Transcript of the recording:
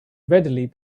readily